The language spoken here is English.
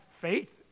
faith